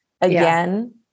again